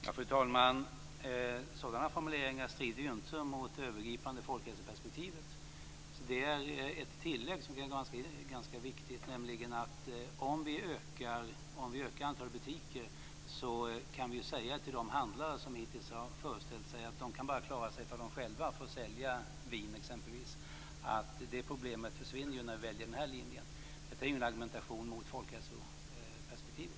Fru talman! Sådana formuleringar strider inte mot det övergripande folkhälsoperspektivet. Det finns ett tillägg som är ganska viktigt, nämligen att vi, om vi ökar antalet butiker, kan säga till de handlare som hittills har föreställt sig att de bara kan klara sig om de själva får sälja vin att det problemet försvinner när vi väljer denna linje. Detta är ingen argumentation mot folkhälsoperspektivet.